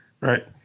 Right